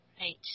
Right